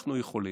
אנחנו יכולים.